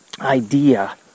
idea